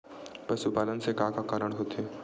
पशुपालन से का का कारण होथे?